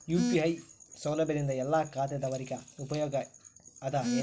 UPI ಸೌಲಭ್ಯದಿಂದ ಎಲ್ಲಾ ಖಾತಾದಾವರಿಗ ಉಪಯೋಗ ಅದ ಏನ್ರಿ?